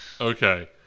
Okay